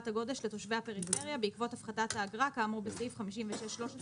הגודש לתושבי הפריפריה בעקבות הפחתת האגרה כאמור בסעיף 56(13)(יג1).